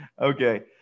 Okay